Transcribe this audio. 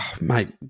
Mate